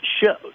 shows